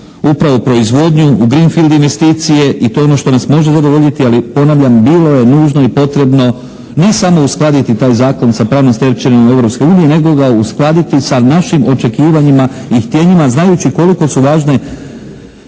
upravo proizvodnju u grin fild investicije i to je ono što nas može zadovoljiti, ali ponavljam bilo je nužno i potrebno ne samo uskladiti taj zakon sa pravnom stečevinom Europske unije nego ga uskladiti sa našim očekivanjima i htjenjima znajući koliko su važne